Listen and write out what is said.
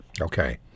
Okay